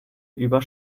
über